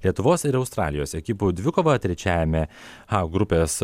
lietuvos ir australijos ekipų dvikova trečiajame a grupės